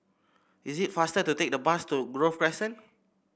it is faster to take the bus to Grove Crescent